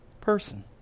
person